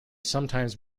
sometimes